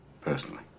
personally